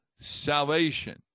salvation